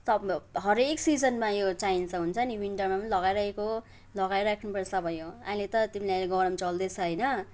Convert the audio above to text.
सम्भव हरेक सिजनमा यो चाहिन्छ हुन्छ नि विन्टरमा पनि लगाइरहेको लगाई राख्नुपर्छ भयो अहिले त त्यो पनि अहिले गरम चल्दैछ होइन